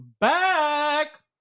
back